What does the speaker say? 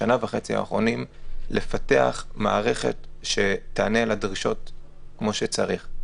בשנה וחצי האחרונות לפתח מערכת שתענה לדרישות כמו שצריך.